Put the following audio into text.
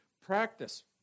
Practice